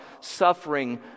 suffering